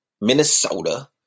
Minnesota